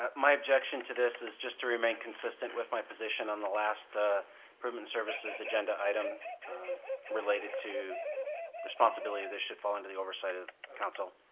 ah my objection to this is just to remain consistent with my position on the last permanent services agenda item related to responsibility, this should fall under the oversight of council.